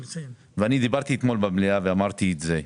דיברתי אתמול במליאה ואמרתי את זה,